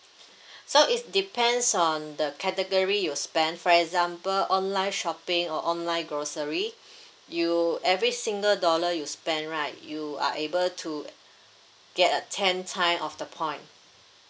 so it depends on the category you spend for example online shopping or online grocery you every single dollar you spend right you are able to get a ten time of the point